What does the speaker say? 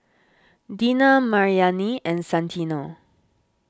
Dina Maryanne and Santino